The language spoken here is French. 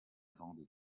vendée